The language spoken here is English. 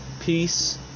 Peace